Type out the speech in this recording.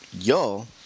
Yo